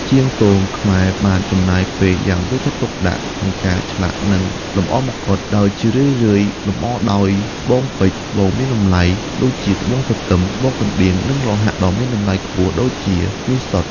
ជាងទងខ្មែរបានចំណាយពេលយ៉ាងយកចិត្តទុកដាក់ក្នុងការឆ្លាក់ និងលម្អម្កុដ ដោយជារឿយៗលម្អដោយ ត្បូងពេជ្រ ត្បូងមានតម្លៃ (ដូចជា ត្បូងទទឹម ត្បូងកណ្ដៀង) និង លោហៈដ៏មានតម្លៃខ្ពស់ (ដូចជាមាសសុទ្ធ)។